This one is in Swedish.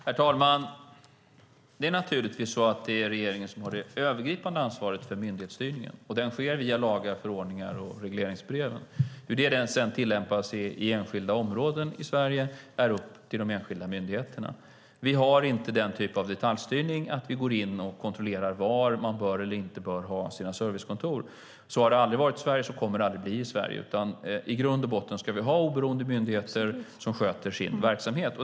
Herr talman! Naturligtvis är det regeringen som har det övergripande ansvaret för myndighetsstyrningen, och den sker via lagar, förordningar och regleringsbrev. Hur detta sedan tillämpas i enskilda områden i Sverige är upp till de enskilda myndigheterna. Vi har inte den typ av detaljstyrning att vi i regeringen går in och kontrollerar var man bör ha sina servicekontor. Så har det aldrig varit i Sverige, och så kommer det aldrig att bli i Sverige. I grund och botten ska vi ha oberoende myndigheter som sköter sin verksamhet.